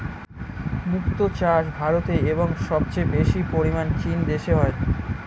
মুক্ত চাষ ভারতে এবং সবচেয়ে বেশি পরিমাণ চীন দেশে হয়